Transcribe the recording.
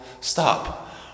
stop